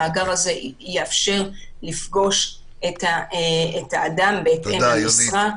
המאגר הזה יאפשר לפגוש את האדם בהתאם למשרה.